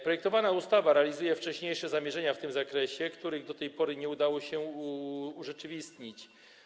Projektowana ustawa realizuje wcześniejsze zamierzenia w tym zakresie, których do tej pory nie udało się urzeczywistnić.